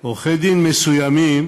עורכי-דין מסוימים